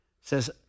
says